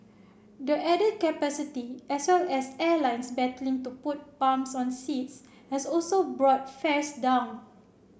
the added capacity as well as airlines battling to put bums on seats has also brought fares down